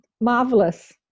marvelous